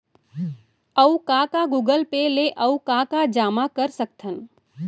अऊ का का गूगल पे ले अऊ का का जामा कर सकथन?